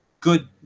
good